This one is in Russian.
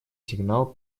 сигнал